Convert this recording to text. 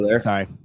Sorry